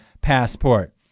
passport